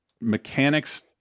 mechanics